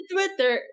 Twitter